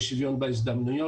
אי שוויון בהזדמנויות,